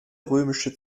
römische